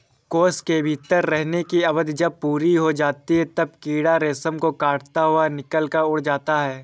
कोश के भीतर रहने की अवधि जब पूरी हो जाती है, तब कीड़ा रेशम को काटता हुआ निकलकर उड़ जाता है